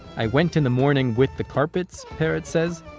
i went in the morning with the carpets, peretz says,